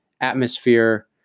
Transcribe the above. atmosphere